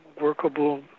workable